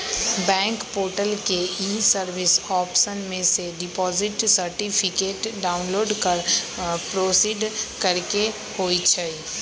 bank portal के e service option में से डिपॉजिट सर्टिफिकेट डाउनलोड कर प्रोसीड करेके होइ छइ